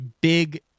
big